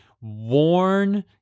worn